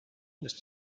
ist